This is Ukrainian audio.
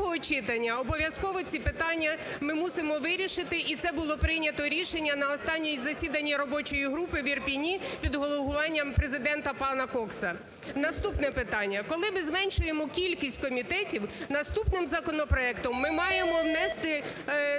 другого читання обов'язково ці питання ми мусимо вирішити, і це було прийнято рішення на останньому засіданні робочої групи в Ірпені під головуванням президента пана Кокса. Наступне питання. Коли ми зменшуємо кількість комітетів, наступним законопроектом ми маємо внести